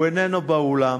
הוא איננו באולם,